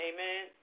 Amen